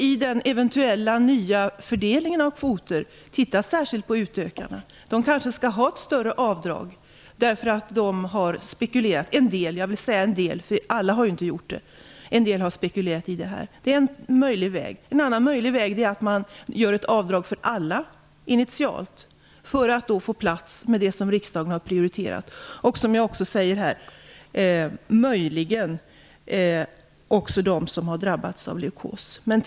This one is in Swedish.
I den eventuella nya fördelningen av kvoter måste man titta särskilt på de som har utökat. De kanske skall ha ett större avdrag för att de har spekulerat. Det här gäller en del av dem - alla har inte gjort det. Det är en möjlig väg. En annan möjlig väg är att man gör ett avdrag för alla initialt, för att få plats med det som riksdagen har prioriterat och möjligen med dem som har drabbats av leukos i sin verksamhet.